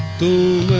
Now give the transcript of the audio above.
to